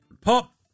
Pop